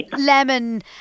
lemon